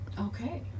Okay